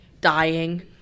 dying